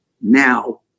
now